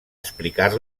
explicar